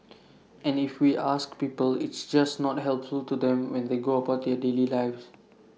and if we ask people it's just not helpful to them when they go about their daily lives